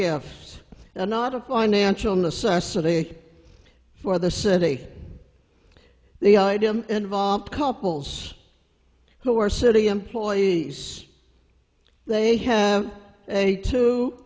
gifts are not a financial necessity for the city the item involved couples who are city employees they have a two